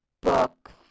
book